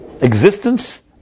existence